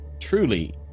Truly